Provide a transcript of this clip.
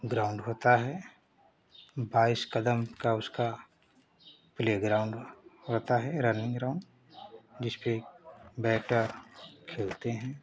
ground होता है बाईस कदम का उसका प्ले ग्राउंड होता है रनिंग ग्राउंड जिसको बेहतर खेलते हैं